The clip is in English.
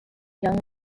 young